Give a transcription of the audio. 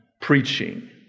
preaching